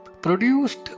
produced